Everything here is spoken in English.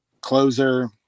closer